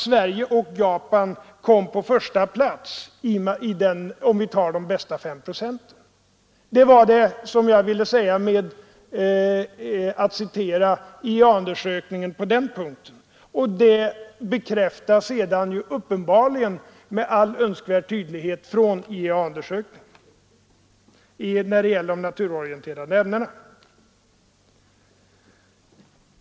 Sverige och Japan kom nämligen på första plats i vad avser de bästa 5 procenten. Det var det som jag ville säga med att citera IEA-undersökningen på den punkten, och det bekräftas uppenbarligen med all önskvärd tydlighet av IEA-undersökningen när det gäller de naturorienterade ämnena.